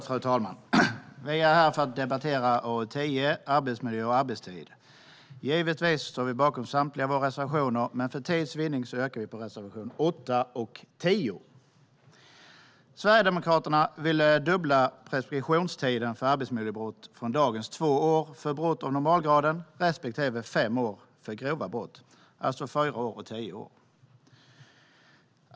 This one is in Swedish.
Fru talman! Vi är här för att debattera AU10 Arbetsmiljö och arbetstid . Givetvis står vi bakom samtliga våra reservationer, men för tids vinnande yrkar jag bifall endast till reservationerna 8 och 10. Sverigedemokraterna vill fördubbla preskriptionstiden för arbetsmiljöbrott från dagens två år för brott av normalgraden respektive fem år för grovt brott, alltså till fyra år och tio år.